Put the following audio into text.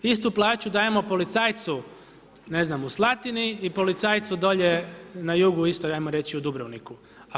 Istu plaću dajemo policajcu na znam u Slatini i policajcu dolje na jugu isto ajmo reći i u Dubrovniku.